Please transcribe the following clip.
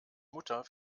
mutter